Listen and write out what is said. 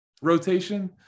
rotation